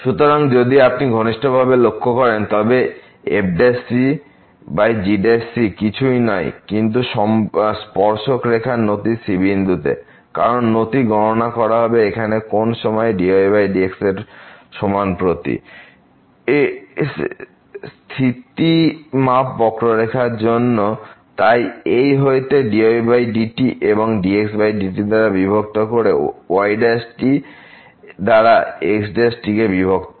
সুতরাং যদি আপনি ভালো ভাবে লক্ষ্য করেন তবে এই f g c কিছুই নয় কিন্তু স্পর্শক রেখার নতি c বিন্দুতে কারণ নতি গণনা করা হবে এখানে কোন সময়ে dy dx সমান প্রতি প্যারামেট্রিক বক্ররেখা জন্য তাই এইহতে হবে dydt এবং dxdt দ্বারা বিভক্ত বা y দ্বারা x বিভক্ত